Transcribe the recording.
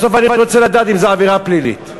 בסוף, אני רוצה לדעת אם זו עבירה פלילית.